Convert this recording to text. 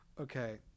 Okay